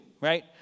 right